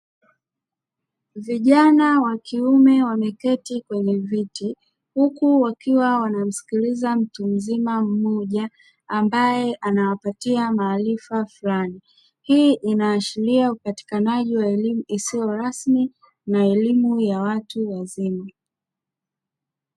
Vijana wa kiume wameketi kwenye viti huku wakiwa wanamsikiliza mtu mzima mmoja ambaye anawapatia maarifa fulani, hii inaashiria upatikanaji wa elimu isiyo rasmi na elimu ya watu wazima.